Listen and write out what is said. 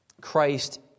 Christ